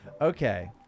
Okay